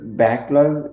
backlog